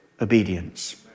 obedience